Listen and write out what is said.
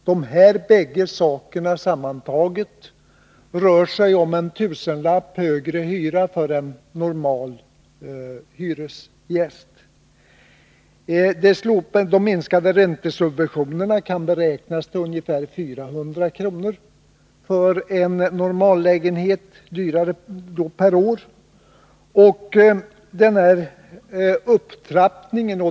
De här bägge åtgärderna sammantaget medför omkring en tusenlapp högre hyra för en normal hyresgäst. Minskningen av räntesubventionerna kan beräknas medföra en fördyring med ungefär 400 kr. per år av en normallägenhet.